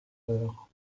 heures